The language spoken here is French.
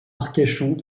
arcachon